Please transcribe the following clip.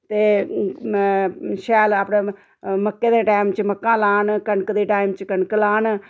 ते शैल अपने मक्के दे टैम च मक्कां लान ते कनकै दे टैम कनक लान